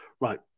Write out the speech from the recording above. Right